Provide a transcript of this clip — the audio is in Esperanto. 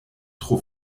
tro